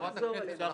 חברת הכנסת,